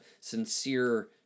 sincere